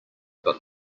but